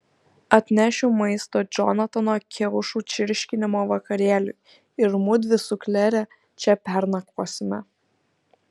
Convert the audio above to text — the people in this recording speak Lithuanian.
atnešiu maisto džonatano kiaušų čirškinimo vakarėliui ir mudvi su klere čia pernakvosime